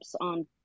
on